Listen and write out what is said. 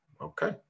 okay